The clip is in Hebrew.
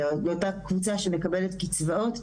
לאותה קבוצה שמקבלת קצבאות,